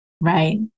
Right